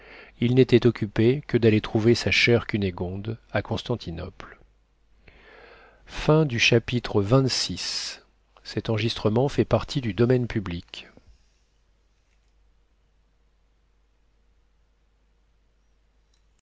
il n'était occupé que d'aller trouver sa chère cunégonde à constantinople chapitre xxvii